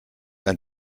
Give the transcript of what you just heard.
ein